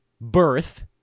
birth